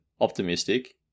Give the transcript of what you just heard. optimistic